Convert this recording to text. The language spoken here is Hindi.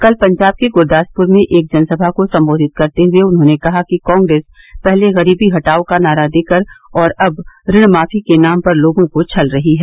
कल पंजाब के गुरदासपुर में एक जनसभा को संबोधित करते हुए उन्होंने कहा कि कांग्रेस पहले गरीबी हटाओ का नारा देकर और अब ऋण माफी के नाम पर लोगों को छल रही है